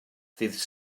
ddydd